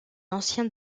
anciens